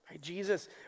Jesus